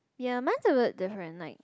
ya mine's a bit different like